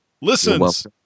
listens